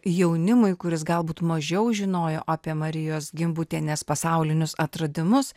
jaunimui kuris galbūt mažiau žinojo apie marijos gimbutienės pasaulinius atradimus